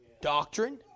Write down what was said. Doctrine